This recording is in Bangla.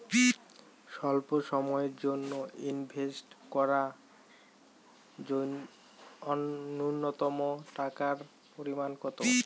স্বল্প সময়ের জন্য ইনভেস্ট করার নূন্যতম টাকার পরিমাণ কত?